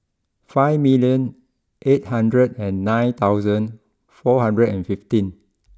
five million eight hundred and nine thousand four hundred and fifteen